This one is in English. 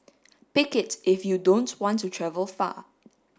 pick it if you don't want to travel far